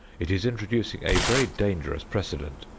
it is introducing a very dangerous precedent,